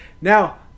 Now